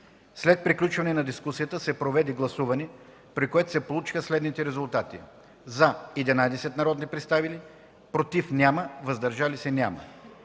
След приключване на дискусията се проведе гласуване, при което се получиха следните резултати: „за” – 11 народни представители, „против” и „въздържали се” – няма.